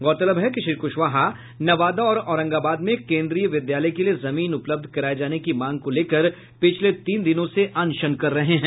गौरतलब है कि श्री कुशवाहा नवादा और औरंगाबाद में कोन्द्रीय विद्यालय के लिये जमीन उपलब्ध कराये जाने की मांग को लेकर पिछले तीन दिनों से अनशन कर रहे हैं